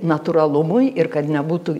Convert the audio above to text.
natūralumui ir kad nebūtų